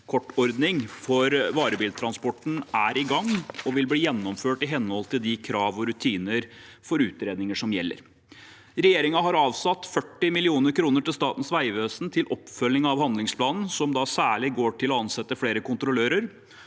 HMS-kortordning for varebiltransporten er i gang og vil bli gjennomført i henhold til de krav og rutiner for utredninger som gjelder. Regjeringen har avsatt 40 mill. kr til Statens vegvesen til oppfølging av handlingsplanen, som da særlig går til å ansette flere kontrollører.